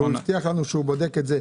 הוא הבטיח שהוא בודק את זה,